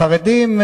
החרדים,